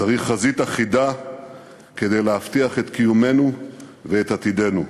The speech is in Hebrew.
צריך חזית אחידה כדי להבטיח את קיומנו ואת עתידנו.